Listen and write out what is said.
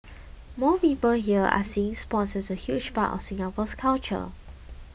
more people here are seeing sports as a huge part of Singapore's culture